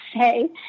say